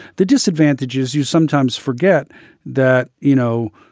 the disadvantages you sometimes forget that, you know,